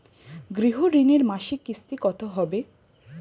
গৃহ ঋণের মাসিক কিস্তি কত হবে?